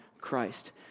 Christ